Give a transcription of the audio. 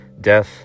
Death